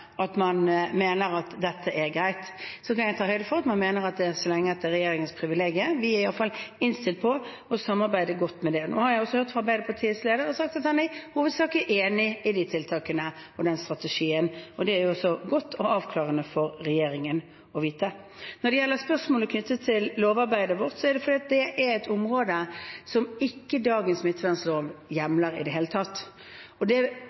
at man mener at dette er greit. Så kan jeg ta høyde for at man mener enn så lenge at det er regjeringens privilegium. Vi er iallfall innstilt på å samarbeide godt om det. Nå har jeg også hørt fra Arbeiderpartiets leder at han i hovedsak er enig i de tiltakene og den strategien. Det er også godt og avklarende for regjeringen å vite. Når det gjelder spørsmålet knyttet til lovarbeidet vårt, er det et område som dagens smittevernlov ikke hjemler i det hele tatt. Vi synes det er